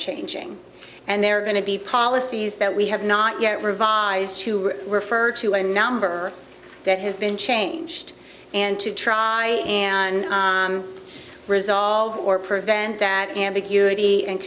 changing and there are going to be policies that we have not yet revised to refer to a number that has been changed and to try and resolve or prevent that ambiguity and